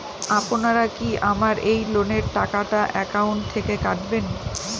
আপনারা কি আমার এই লোনের টাকাটা একাউন্ট থেকে কাটবেন?